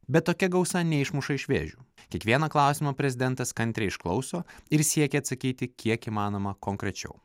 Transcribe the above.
bet tokia gausa neišmuša iš vėžių kiekvieną klausimą prezidentas kantriai išklauso ir siekia atsakyti kiek įmanoma konkrečiau